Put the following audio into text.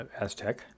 Aztec